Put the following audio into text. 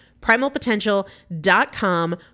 Primalpotential.com